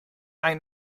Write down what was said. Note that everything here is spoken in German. ein